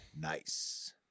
nice